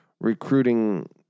recruiting